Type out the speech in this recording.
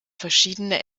verschiedene